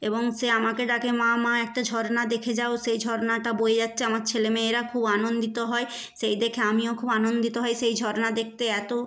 এবং সে আমাকে ডাকে মা মা একটা ঝরনা দেখে যাও সেই ঝরনাটা বয়ে যাচ্ছে আমার ছেলে মেয়েরা খুব আনন্দিত হয় সেই দেখে আমিও খুব আনন্দিত হই সেই ঝরনা দেখতে এত